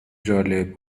جالب